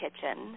kitchen